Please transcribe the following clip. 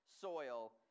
soil